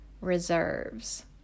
reserves